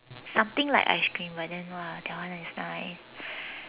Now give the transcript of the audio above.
something like ice cream but then !wah! that one is nice